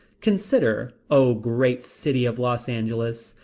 consider, o great city of los angeles,